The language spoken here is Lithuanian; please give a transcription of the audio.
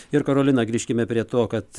ir karolina grįžkime prie to kad